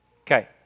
Okay